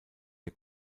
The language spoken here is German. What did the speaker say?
der